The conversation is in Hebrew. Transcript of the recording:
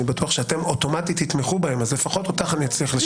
אני בטוח שאתם אוטומטית תתמכו בהן אז לפחות אותך אצליח לשכנע.